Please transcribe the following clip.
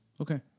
Okay